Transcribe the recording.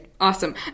awesome